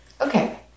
Okay